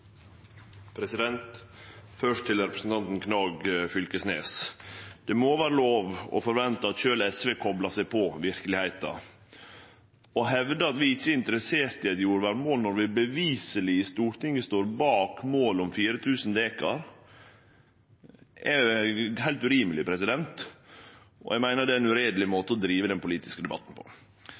Først til representanten Knag Fylkesnes: Det må vere lov å forvente at sjølv SV koplar seg på verkelegheita. Å hevde at vi ikkje er interesserte i eit jordvernmål, når vi beviseleg i Stortinget står bak målet om 4 000 dekar, er heilt urimeleg, og eg meiner det er ein ureieleg måte å drive den politiske debatten på.